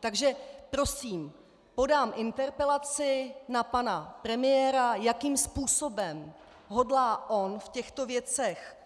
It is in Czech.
Takže prosím, podám interpelaci na pana premiéra, jakým způsobem hodlá on v těchto věcech